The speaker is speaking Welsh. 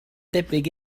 debyg